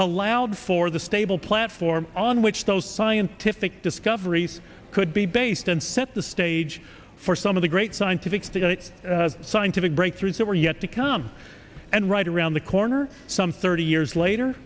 allowed for the stable platform on which those scientific discoveries could be based and set the stage for some of the great scientific scientific breakthroughs that were yet to come and right around the corner some thirty years later